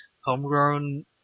homegrown